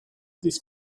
these